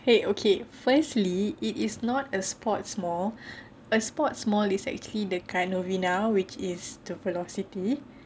!hey! okay firstly it is not a sports mall a sports mall is actually dekat novena which is to velocity